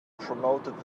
promoted